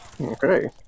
Okay